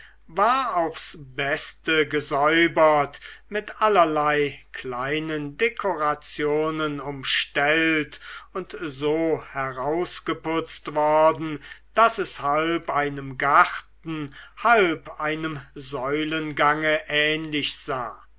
war aufs beste gesäubert mit allerlei dekorationen umstellt und so herausgeputzt worden daß es halb einem garten halb einem säulengange ähnlich sah